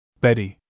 Betty